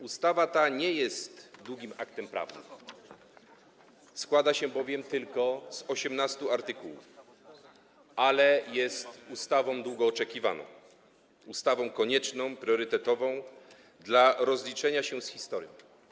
Ustawa ta nie jest długim aktem prawnym, składa się bowiem tylko z 18 artykułów, ale jest ustawą długo oczekiwaną, ustawą konieczną, priorytetową dla rozliczenia się z historią.